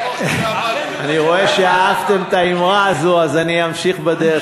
אני רואה שאהבתם את האמרה הזאת, אז אמשיך בדרך